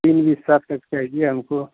तीन बिस्सा तक चाहिए हमको